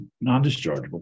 non-dischargeable